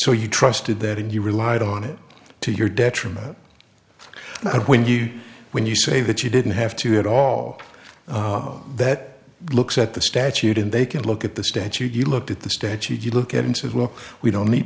so you trusted that and you relied on it to your detriment but when you when you say that you didn't have to get all that looks at the statute and they can look at the statute you look at the statute you look at into it well we don't need